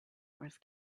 wars